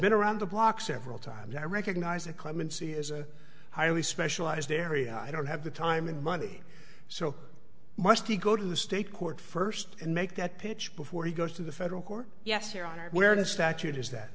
been around the block several times i recognize that clemency is a highly specialized area i don't have the time and money so must he go to the state court first and make that pitch before he goes to the federal court yes your honor where the statute is that